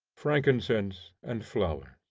frankincense and flowers.